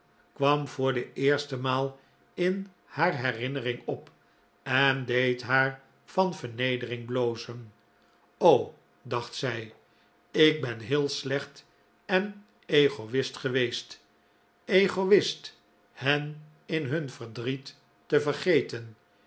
kwam voor de eerste maal in haar herinnering op en deed haar van vernedering blozen dacht zij ik ben heel slecht en egoist geweest egoist hen in hun verdriet te vergeten